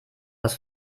was